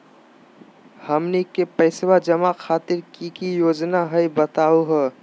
हमनी के पैसवा जमा खातीर की की योजना हई बतहु हो?